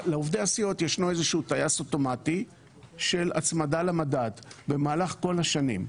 לעובדי הסיעות ישנו איזשהו טייס אוטומטי של הצמדה למדד במהלך כל השנים.